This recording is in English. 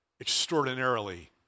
extraordinarily